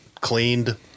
cleaned